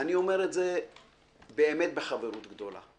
אני אומר את זה באמת בחברות גדולה: